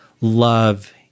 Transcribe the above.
Love